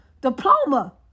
diploma